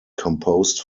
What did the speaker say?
composed